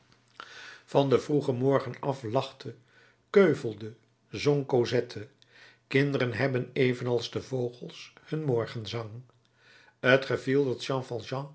van den vroegen morgen af lachte keuvelde zong cosette kinderen hebben evenals de vogels hun morgenzang t geviel dat